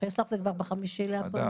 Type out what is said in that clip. פסח זה כבר ב-5 באפריל.